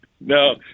no